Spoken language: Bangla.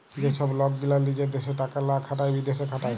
যে ছব লক গীলা লিজের দ্যাশে টাকা লা খাটায় বিদ্যাশে খাটায়